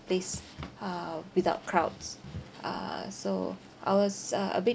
place uh without crowds uh so I was uh a bit